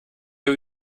wir